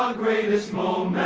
um greatest moment